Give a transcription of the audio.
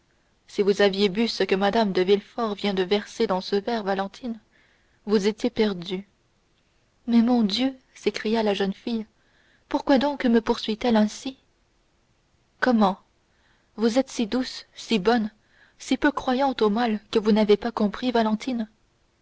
si vous aviez bu ce que mme de villefort vient de verser dans ce verre valentine vous étiez perdue mais mon dieu s'écria la jeune fille pourquoi donc me poursuit elle ainsi comment vous êtes si douce si bonne si peu croyante au mal que vous n'avez pas compris valentine